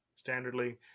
standardly